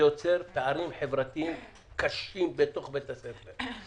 יוצר פערים חברתיים קשים בתוך בתי הספר.